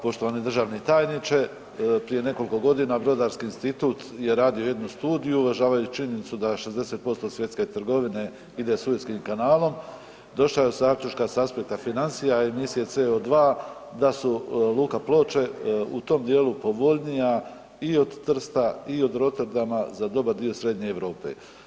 Poštovani državni tajniče, prije nekoliko godina Brodarski institut je radio jednu studiju uvažavajući činjenicu da 60% svjetske trgovine ide Suetskim kanalom, došao je do zaključka s aspekta financija i emisije CO2 da su luka Ploče u tom dijelu povoljnija i od Trsta, i od Roterdama za dobar dio Srednje Europe.